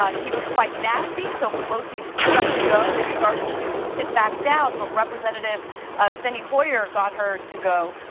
um he was quite nasty, so pelosi stood up to go. she started to sit back down but representative cindy hoyer got her to go.